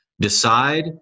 decide